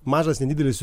mažas nedidelis